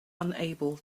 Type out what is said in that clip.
unable